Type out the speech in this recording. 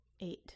Eight